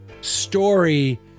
story